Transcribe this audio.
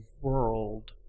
world